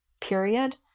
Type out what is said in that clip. period